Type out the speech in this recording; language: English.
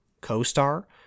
co-star